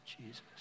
Jesus